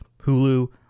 Hulu